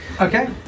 okay